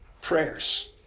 prayers